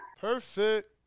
perfect